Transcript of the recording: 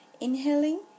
inhaling